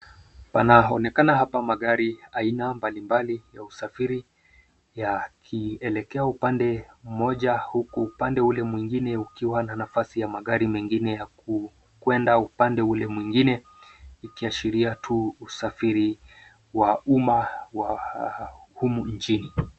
Panaonekana hapa magari aina mbalimbali ya usafiri yakielekea upande mmoja huku upande ule mwingine ukiwa na nafasi ya magari mengine ya kuenda upande ule mwingine ikiashiria tu usafiri wa umma wa humu nchini.